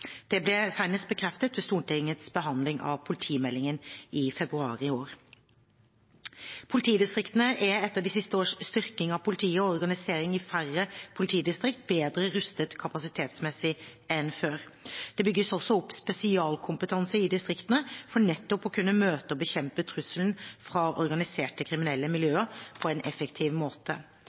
Dette ble senest bekreftet ved Stortingets behandling av politimeldingen i februar i år. Politidistriktene er etter de siste års styrking av politiet og organisering i færre politidistrikter bedre rustet kapasitetsmessig enn før. Det bygges også opp spesialkompetanse i distriktene for nettopp å kunne møte og bekjempe trusselen fra organiserte kriminelle miljøer på en effektiv måte.